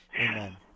Amen